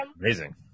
Amazing